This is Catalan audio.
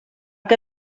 que